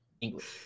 English